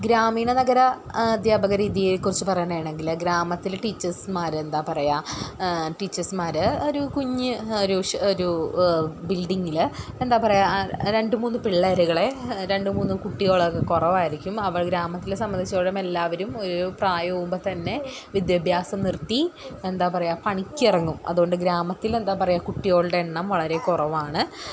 ഗ്രാമീണ നഗര അധ്യാപക രീതിയെക്കുറിച്ചു പറയാനാണെങ്കിൽ ഗ്രാമത്തിൽ ടീച്ചേർസ്മാർ എന്താ പറയുക ടീച്ചേഴ്സ്മാർ ഒരു കുഞ്ഞു ഒരു ഒരു ബില്ഡിങ്ങിൽ എന്താ പറയ രണ്ട് മൂന്ന് പിള്ളേരുകളെ രണ്ട് മൂന്ന് കുട്ടികളേ കുറവായിരിക്കും അവരെ ഗ്രാമത്തിലെ സംബന്ധിച്ചിടത്തോളം എല്ലാവരും ഒരു പ്രായമാവുമ്പോൾ തന്നെ വിദ്യാഭ്യസം നിർത്തി എന്താ പറയ പണിക്കിറങ്ങും അതുകൊണ്ടു ഗ്രാമത്തിൽ എന്താ പറയുക കുട്ട്യോൾടെ എണ്ണം വളരെ കുറവാണ്